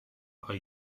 are